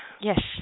Yes